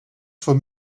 for